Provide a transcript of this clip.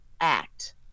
act